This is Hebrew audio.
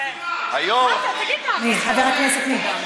היו"ר, מה קרה?